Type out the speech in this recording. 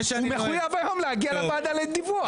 הוא מחויב גם היום להגיע לוועדה לדיווח.